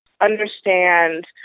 understand